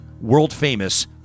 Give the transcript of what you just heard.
world-famous